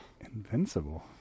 Invincible